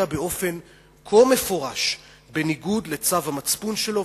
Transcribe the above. באופן כה מפורש בניגוד לצו המצפון שלו,